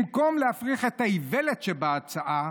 במקום להפריך את האיוולת שבהצעה,